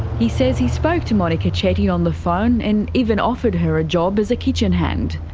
he says he spoke to monika chetty on the phone and even offered her a job as a kitchen hand.